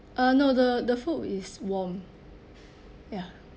uh no the the food is warm ya